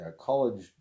college